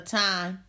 time